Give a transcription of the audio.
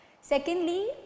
secondly